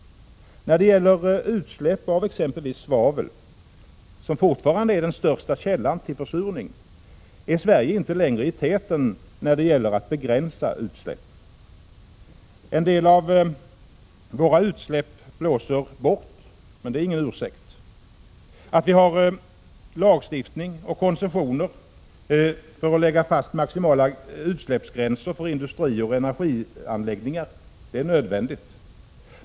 När det gäller utsläpp av exempelvis svavel, som fortfarande är den största källan till försurning, är Sverige inte längre i täten i fråga om att begränsa utsläppen. En del av våra utsläpp blåser bort, men det är ingen ursäkt. Att vi har lagstiftning och koncessioner för att lägga fast maximala utsläppsgränser för industrier och energianläggningar är nödvändigt.